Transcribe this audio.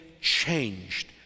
changed